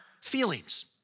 feelings